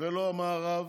ולא המערב,